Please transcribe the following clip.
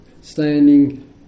Standing